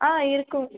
ஆ இருக்கும்